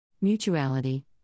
Mutuality